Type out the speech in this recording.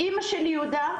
אימא של יהודה,